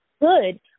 good